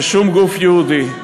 של שום גוף יהודי.